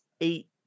eight